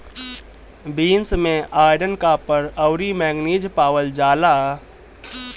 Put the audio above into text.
beans में iron, copper, अउरी manganese पावल जाला